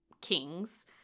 kings